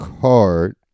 card